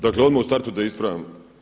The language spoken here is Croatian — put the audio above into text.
Dakle odmah u startu da ispravljam.